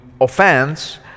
offense